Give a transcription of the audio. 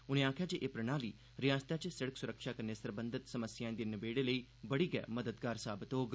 उने आखेआ जे एह प्रणाली रिआसता च सिड़क सुरक्षा कन्नै सरबंधत समस्याएं दे नबेड़े लेई बड़ी गै मददगार साबत होग